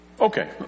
Okay